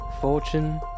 fortune